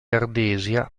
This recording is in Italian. ardesia